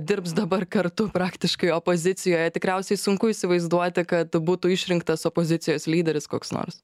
dirbs dabar kartu praktiškai opozicijoj tikriausiai sunku įsivaizduoti kad būtų išrinktas opozicijos lyderis koks nors